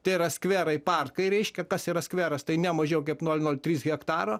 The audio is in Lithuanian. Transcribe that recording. tai yra skverai parkai reiškia kas yra skveras tai ne mažiau kaip nol nol trys hektaro